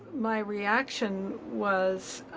my reaction was,